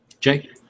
Jake